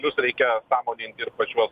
plius reikia sąmoningai ir pažvelgt